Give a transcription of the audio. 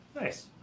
Nice